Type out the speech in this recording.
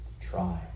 try